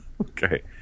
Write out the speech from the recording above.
Okay